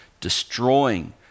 destroying